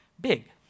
big